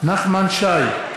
נחמן שי,